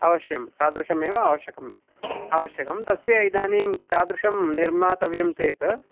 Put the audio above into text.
अवश्यं तादृशमेव आवश्यकम् आवश्यकं तस्य इदानीं तादृशं निर्मातव्यं चेत्